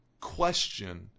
question